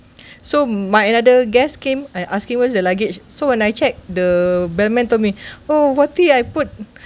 so my another guest came and asking where is the luggage so when I check the bellman told me oh veti I put